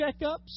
checkups